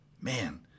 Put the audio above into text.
Man